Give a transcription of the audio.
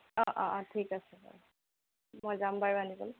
অঁ অঁ ঠিক আছে মই যাম বাৰু আনিবলৈ